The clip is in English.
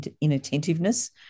inattentiveness